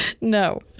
No